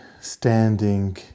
standing